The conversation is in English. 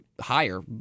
higher